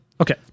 Okay